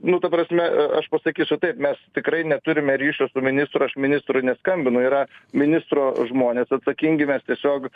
nu ta prasme aš pasakysiu taip mes tikrai neturime ryšių su ministru aš ministrui neskambinu yra ministro žmonės atsakingi mes tiesiog